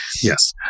Yes